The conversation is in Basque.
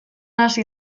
hasi